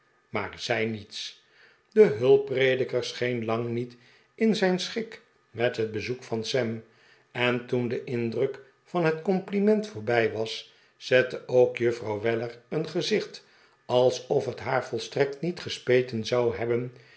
maar zei niets de hulpprediker scheen lang niet in zijn schik met het bezoek van sam en toen de indruk van het compliment voorbij was zette ook juffrouw weller een gezicht alsof het haar volstrekt niet gespeten zou hebben